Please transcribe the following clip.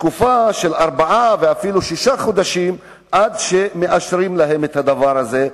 תקופה של ארבעה ואפילו שישה חודשים עד שמאשרים להם את זה.